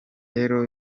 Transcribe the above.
rero